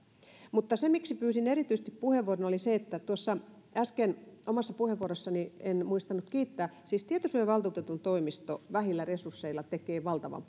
se miksi pyysin erityisesti puheenvuoron oli se että tuossa äsken omassa puheenvuorossani en muistanut kiittää siis tietosuojavaltuutetun toimisto vähillä resursseilla tekee valtavan